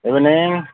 evening